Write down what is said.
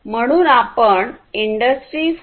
म्हणून आपण इंडस्ट्री 4